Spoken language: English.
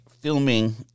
filming